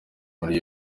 muri